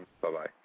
Bye-bye